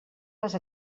les